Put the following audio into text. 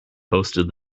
hosted